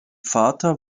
vater